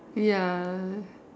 ya